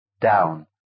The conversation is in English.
down